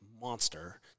monster